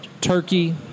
turkey